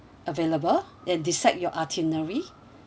available and decide your itinerary